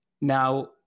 Now